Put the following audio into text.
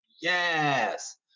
yes